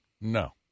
No